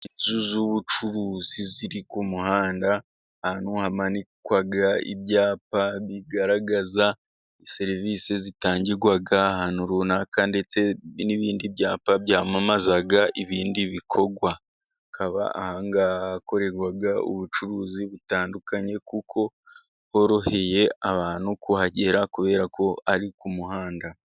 Inzu z'ubucuruzi ziri ku muhanda, ahantu hamanikwa ibyapa bigaragaza serivise zitangirwa ahantu runaka, ndetse n'ibindi byapa byamamaza ibindi bikorwa. Hakaba ahangaha hakorerwa ubucuruzi butandukanye, kuko horoheye abantu kuhagera kubera ko ari ku muhanda.